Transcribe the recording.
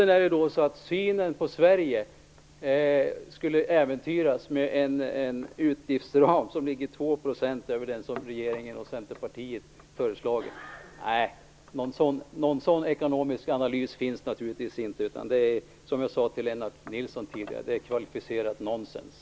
Skulle synen på Sverige äventyras av en utgiftsram som ligger 2 % över den som regeringen och Centerpartiet har föreslagit? Nej, någon sådan ekonomisk analys finns naturligtvis inte, utan det är, som jag tidigare sade till Lennart Nilsson, kvalificerat nonsens.